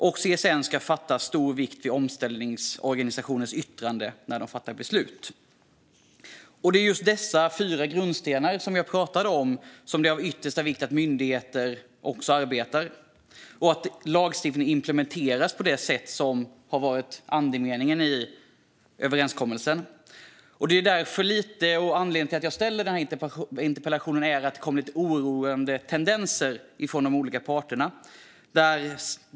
Slutligen ska CSN fästa stor vikt vid omställningsorganisationens yttrande när man fattar beslut. Det är av yttersta vikt att myndigheterna har dessa fyra grundstenar i sitt arbete och att lagstiftningen implementeras i enlighet med andemeningen i överenskommelsen. Anledningen till att jag ställer den här interpellationen är att det har kommit lite oroande signaler från de olika parterna.